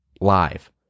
live